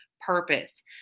purpose